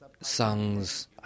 songs